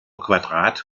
quadrat